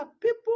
people